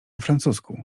francusku